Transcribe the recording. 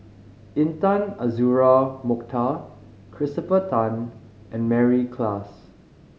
Intan Azura Mokhtar Christopher Tan and Mary Klass